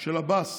של עבאס